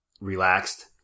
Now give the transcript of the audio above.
relaxed